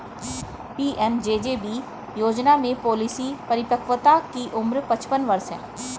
PMJJB योजना में policy परिपक्वता की उम्र पचपन वर्ष है